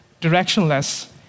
directionless